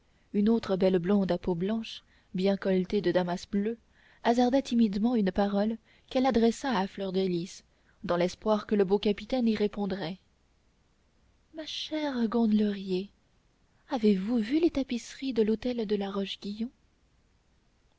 une autre belle blonde à peau blanche bien colletée de damas bleu hasarda timidement une parole qu'elle adressa à fleur de lys dans l'espoir que le beau capitaine y répondrait ma chère gondelaurier avez-vous vu les tapisseries de l'hôtel de la